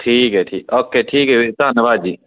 ਠੀਕ ਹੈ ਠੀਕ ਓਕੇ ਠੀਕ ਹੈ ਵੀਰੇ ਧੰਨਵਾਦ ਜੀ